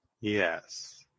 Yes